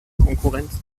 konkurrenz